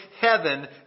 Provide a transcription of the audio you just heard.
heaven